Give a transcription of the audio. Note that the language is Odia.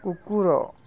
କୁକୁର